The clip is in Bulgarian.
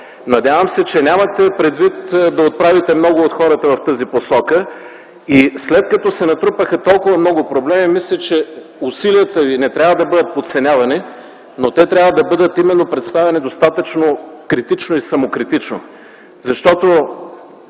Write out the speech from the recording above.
Надявам се, че нямате предвид да отправите много от хората в тази посока. И след като се натрупаха толкова много проблеми, мисля, че усилията ви не трябва да бъдат подценявани, но те трябва да бъдат представени достатъчно критично и самокритично.